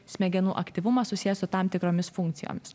smegenų aktyvumas susijęs su tam tikromis funkcijomis